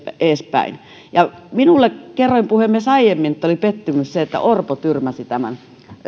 eespäin kerroin puhemies aiemmin että minulle oli pettymys että orpo tyrmäsi tämän